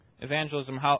Evangelism